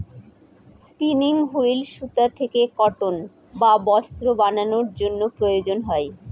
spinning wheel সুতা থেকে cotton বা বস্ত্র বানানোর জন্য প্রয়োজন হয়